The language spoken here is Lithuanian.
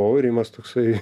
aurimas toksai